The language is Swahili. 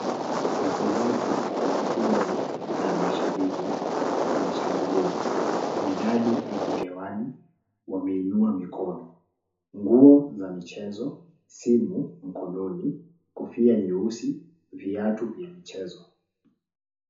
Wachezaji wa kufunzi na mashabiki wanashangilia. Medali iko hewani, wameinua mikono. Nguo za michezo, simu mikononi , kofia nyeusi, viatu vya michezo.